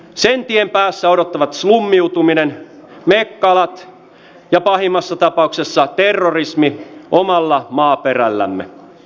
sen tien päässä odottavat slummiutuminen mekkalat ja pahimmassa tapauksessa terrorismi omalla maaperällämme